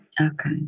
Okay